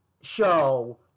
show